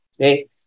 Okay